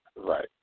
Right